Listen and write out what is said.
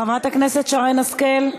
חברת הכנסת שרן השכל.